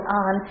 on